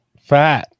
fat